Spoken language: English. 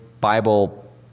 Bible